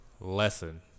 lesson